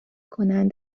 کنند